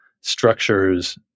structures